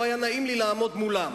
לא היה נעים לי לעמוד מולם.